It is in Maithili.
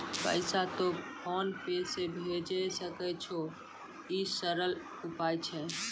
पैसा तोय फोन पे से भैजै सकै छौ? ई सरल उपाय छै?